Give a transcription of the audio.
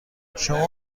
شما